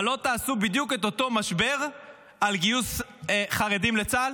אבל לא תעשו בדיוק את אותו משבר על גיוס חרדים לצה"ל?